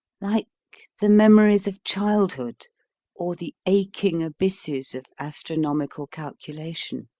like the memories of childhood or the aching abysses of astronomical calculation.